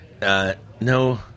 No